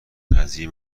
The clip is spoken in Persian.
قضیه